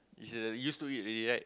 you should use to it already right